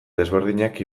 desberdinak